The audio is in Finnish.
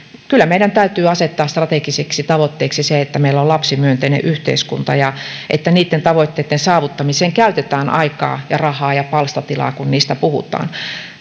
kyllä meidän täytyy asettaa strategiseksi tavoitteeksi se että meillä on lapsimyönteinen yhteiskunta ja niitten tavoitteitten saavuttamiseen käytetään aikaa ja rahaa ja palstatilaa kun niistä puhutaan